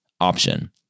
option